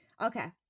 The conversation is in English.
okay